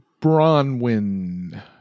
Bronwyn